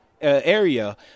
area